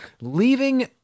leaving